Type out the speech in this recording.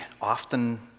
often